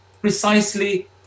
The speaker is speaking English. precisely